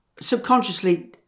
Subconsciously